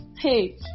hey